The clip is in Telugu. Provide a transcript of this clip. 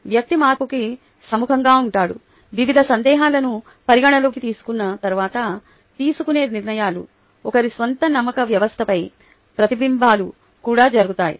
వ్యక్తి మార్పుకు సముఖంగా ఉంటాడు వివిధ సందేహాలను పరిగణనలోకి తీసుకున్న తరువాత తీసుకునే నిర్ణయాలు ఒకరి స్వంత నమ్మక వ్యవస్థపై ప్రతిబింబాలు కూడా జరుగుతాయి